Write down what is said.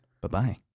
bye-bye